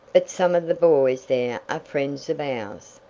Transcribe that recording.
but some of the boys there are friends of ours,